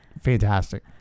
fantastic